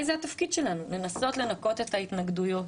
זה התפקיד שלנו לנסות לנקות את ההתנגדויות,